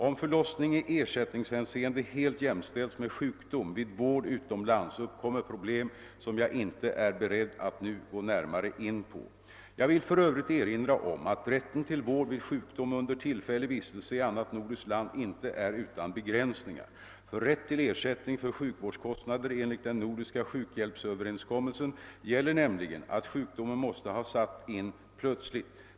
Om förlossning i ersättningshänseende helt jämställs med sjukdom vid vård utomlands uppkommer Pproblem som jag inte är beredd att nu gå närmare in på. Jag vill för övrigt erinra om att rätten till vård vid sjukdom under tillfällig vistelse i annat nordiskt land inte är utan begränsningar. För rätt till ersättning för sjukvårdskostnader enligt den nordiska sjukhjälpsöverenskommelsen gäller nämligen att sjukdomen måste ha satt in plötsligt.